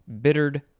bittered